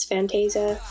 Fantasia